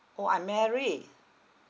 orh I'm mary